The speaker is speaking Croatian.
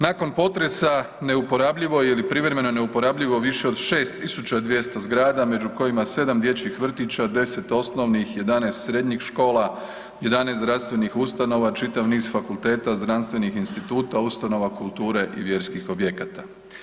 Nakon potresa neuporabljivo je ili privremeno neuporabljivo više od 6200 zgrada među kojima 7 dječjih vrtića, 10 osnovnih, 11 srednjih škola, 11 zdravstvenih ustanova, čitav niz fakulteta, znanstvenih instituta, ustanova kulture i vjerskih objekata.